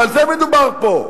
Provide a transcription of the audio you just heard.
ועל זה מדובר פה,